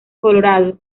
colorado